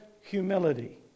humility